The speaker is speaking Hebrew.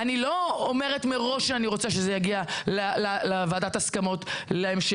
אני לא אומרת מראש שאני רוצה שזה יגיע לוועדת ההסכמות להמשך,